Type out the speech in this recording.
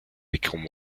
became